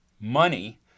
money